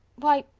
why,